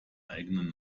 eigenen